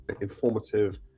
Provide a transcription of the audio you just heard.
informative